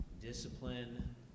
discipline